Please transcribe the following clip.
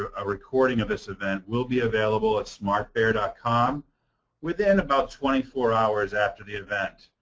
a recording of this event will be available at smartbear dot com within about twenty four hours after the event,